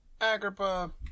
Agrippa